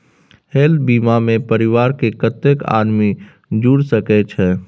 Health बीमा मे परिवार के कत्ते आदमी जुर सके छै?